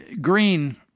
Green